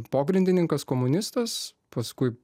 pogrindininkas komunistas paskui